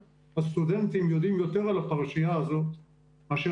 הסטודנטים יודעים יותר על הפרשיה הזאת מאשר